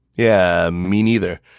yeah, me neither.